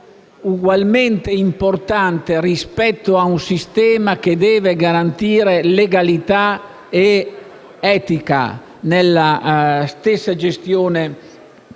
un limite importante rispetto ad un sistema che deve garantire legalità ed etica nella stessa gestione dei